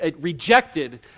rejected